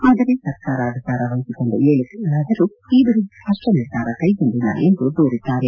ಆದರೆ ಸರ್ಕಾರ ಅಧಿಕಾರ ವಹಿಸಿಕೊಂಡು ಏಳು ತಿಂಗಳಾದರೂ ಈವರೆಗೂ ಸ್ವಷ್ಟ ನಿರ್ಧಾರ ಕೈಗೊಂಡಿಲ್ಲ ಎಂದು ದೂರಿದ್ದಾರೆ